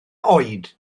oed